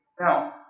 Now